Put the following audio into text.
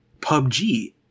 PUBG